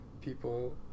people